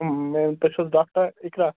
بہٕ چھُس ڈاکٹَر اِخلاص